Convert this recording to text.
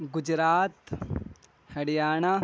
Gujarat Haryana